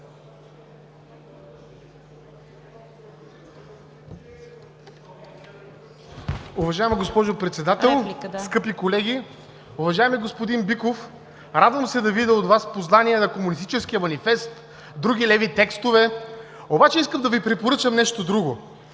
Уважаема госпожо Председател, скъпи колеги! Уважаеми господин Биков, радвам се да видя от Вас познание на Комунистическия манифест, други леви текстове, обаче искам да Ви препоръчам нещо друго.